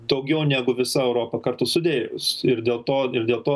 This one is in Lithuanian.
daugiau negu visa europa kartu sudėjus ir dėl to ir dėl to